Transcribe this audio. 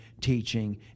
teaching